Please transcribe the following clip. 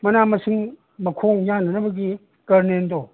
ꯃꯅꯥ ꯃꯁꯤꯡ ꯃꯈꯣꯡ ꯌꯥꯟꯅꯅꯕꯒꯤ ꯀꯔꯅꯦꯟꯗꯣ